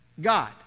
God